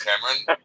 Cameron